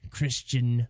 Christian